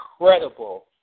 incredible